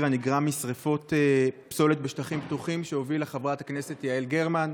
הנגרם משרפות פסולת בשטחים פתוחים שהובילה חברת הכנסת יעל גרמן,